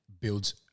builds